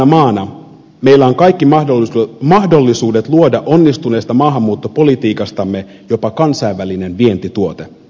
sisukkaana maana meillä on kaikki mahdollisuudet luoda onnistuneesta maahanmuuttopolitiikastamme jopa kansainvälinen vientituote